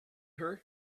her